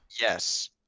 yes